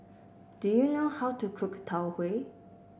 do you know how to cook Tau Huay